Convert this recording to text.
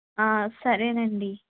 సరేనండి